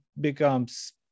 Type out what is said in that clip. becomes